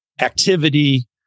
activity